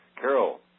Carol